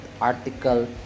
article